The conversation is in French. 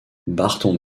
barton